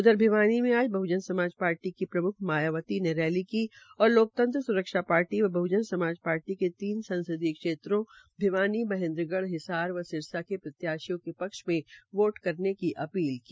उधर भिवानी में आज बहजन समाज पार्टी की प्रम्ख मायावती ने रैली की और लोकतंत्र स्रक्षा पार्टी व बहजन समाजपार्टी के तीन संसदीय क्षेत्रों भिवानी महेन्द्रगढ़ हिसार व सिरसा के प्रत्याशियों के पक्ष में वोट करने की अपील की